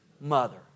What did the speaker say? mother